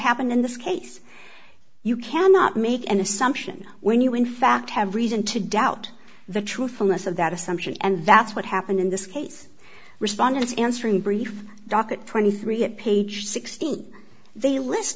happened in this case you cannot make an assumption when you in fact have reason to doubt the truthfulness of that assumption and that's what happened in this case respondents answering brief docket twenty three at page sixteen they list